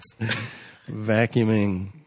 vacuuming